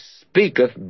speaketh